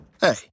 Hey